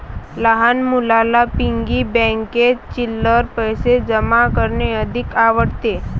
लहान मुलांना पिग्गी बँकेत चिल्लर पैशे जमा करणे अधिक आवडते